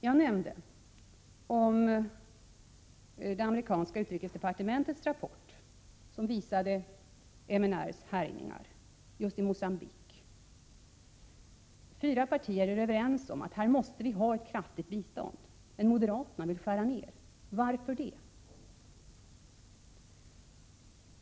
Jag nämnde det amerikanska utrikesdepartementets rapport, som visade MNR:s härjningar i Mogambique. Fyra partier är överens om att vi där måste ge ett kraftigt bistånd. Moderaterna vill emellertid skära ned. Varför?